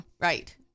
Right